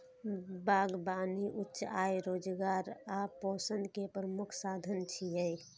बागबानी उच्च आय, रोजगार आ पोषण के प्रमुख साधन छियै